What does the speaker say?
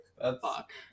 Fuck